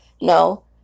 No